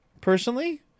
personally